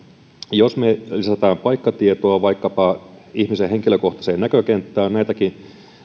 jos me lisäämme paikkatietoa vaikkapa ihmisen henkilökohtaiseen näkökenttään näitäkin